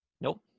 Nope